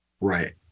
right